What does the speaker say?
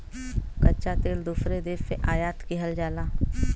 कच्चा तेल दूसरे देश से आयात किहल जाला